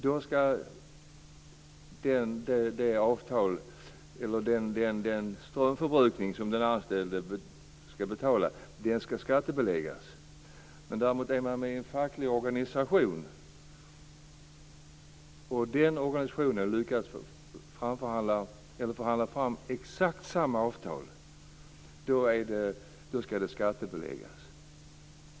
Då skall den strömförbrukning som den anställde skall betala skattebeläggas. Är man däremot med i en facklig organisation och den lyckas förhandla fram exakt samma avtal skall det inte skattebeläggas.